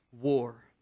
war